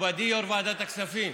שמכובדי יו"ר ועדת הכספים,